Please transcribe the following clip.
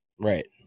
Right